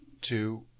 two